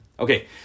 Okay